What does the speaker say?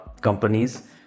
companies